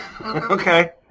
Okay